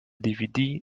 dvd